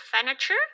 furniture